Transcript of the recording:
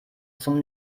zum